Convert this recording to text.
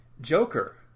Joker